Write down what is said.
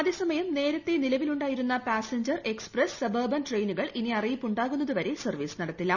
അതേസമയം നേരത്തെ നിലവിലു ായിരുന്ന പ്യാസഞ്ചർ എക്സ്പ്രസ് സബർബൻ ട്രെയിനുകൾ ഇനി അറിയിപ്പു ാകുന്നത് വരെ സർവ്വീസ് നടത്തില്ല